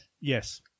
Yes